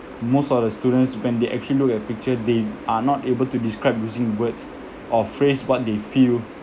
most of the students when they actually look at picture they are not able to describe using words or phrase what they feel